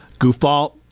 goofball